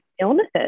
illnesses